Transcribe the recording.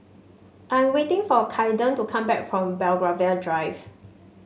I'm waiting for Caiden to come back from Belgravia Drive